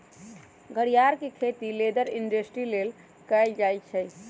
घरियार के खेती लेदर इंडस्ट्री लेल कएल जाइ छइ